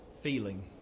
feeling